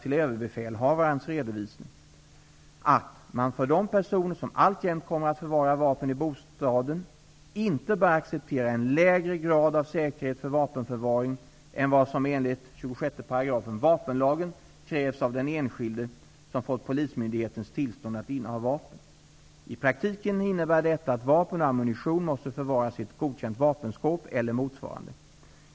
Överbefälhavarens redovisning att man för de personer som alltjämt kommer att förvara vapen i bostaden inte bör acceptera en lägre grad av säkerhet för vapenförvaring än vad som enligt 26 § vapenlagen krävs av den enskilde som fått polismyndighetens tillstånd att inneha vapen. I praktiken innebär detta att vapen och ammunition måste förvaras i ett godkänt vapenskåp eller motsvarande.